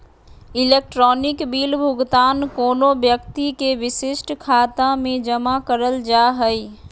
electronic bill भुगतान कोनो व्यक्ति के विशिष्ट खाता में जमा करल जा हइ